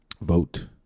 vote